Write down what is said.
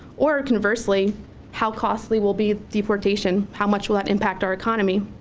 or, conversely how costly will be deportation? how much will that impact our economy?